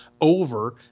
over